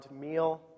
meal